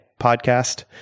podcast